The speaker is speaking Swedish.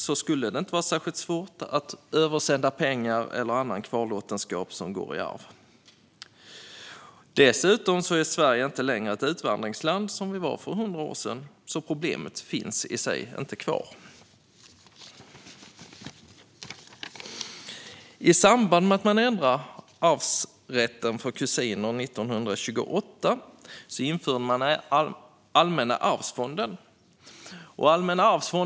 Det skulle inte vara särskilt svårt att sända över pengar eller annan kvarlåtenskap som går i arv. Dessutom är Sverige inte längre ett utvandringsland som vi var för hundra år sedan, så problemet i sig finns inte kvar. I samband med att man ändrade arvsrätten för kusiner 1928 införde man Allmänna arvsfonden.